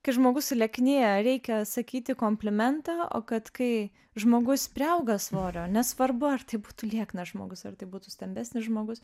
kai žmogus sulieknėja reikia sakyti komplimentą o kad kai žmogus priauga svorio nesvarbu ar tai būtų lieknas žmogus ar tai būtų stambesnis žmogus